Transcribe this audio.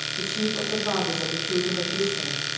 the chief of the fathers of the children of israel,